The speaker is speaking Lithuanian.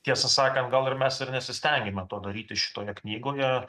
tiesą sakant gal ir mes ir nesistengėme to daryti šitoje knygoje